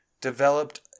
developed